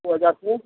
दो हजार से